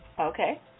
Okay